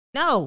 no